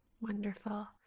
Wonderful